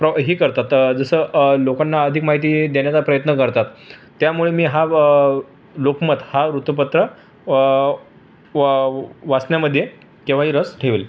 pro हे करतात जसं लोकांना अधिक माहिती देण्याचा प्रयत्न करतात त्यामुळे मी हा लोकमत हा वृत्तपत्र वा वाचण्यामध्ये केव्हाही रस ठेवेल